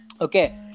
Okay